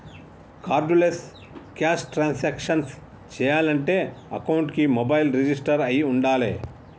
cardless cash transactions చెయ్యాలంటే అకౌంట్కి mobile register అయ్యి వుండాలే